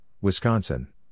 Wisconsin